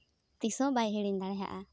ᱛᱤᱥᱦᱚᱸ ᱵᱟᱭ ᱦᱤᱲᱤᱧ ᱫᱟᱲᱮᱭᱟᱜᱼᱟ